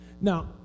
Now